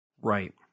Right